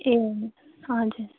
ए हजुर